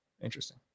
Interesting